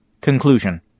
Conclusion